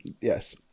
Yes